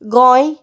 Goa